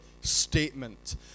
statement